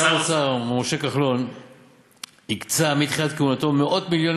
שר האוצר משה כחלון הקצה מתחילת כהונתו מאות מיליונים